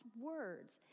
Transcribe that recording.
words